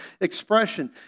expression